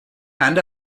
and